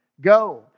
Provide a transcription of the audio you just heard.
Go